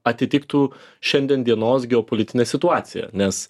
atitiktų šiandien dienos geopolitinę situaciją nes